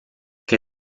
che